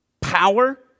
power